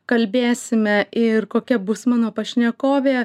kalbėsime ir kokia bus mano pašnekovė